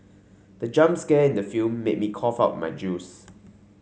the jump scare in the film made me cough out my juice